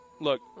look